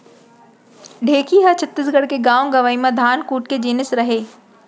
ढेंकी ह छत्तीसगढ़ के गॉंव गँवई म धान कूट के जिनिस रहय